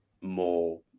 more